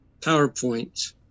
PowerPoint